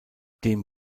dem